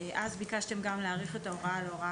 אז גם ביקשתם להאריך את ההוראה להוראה